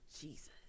jesus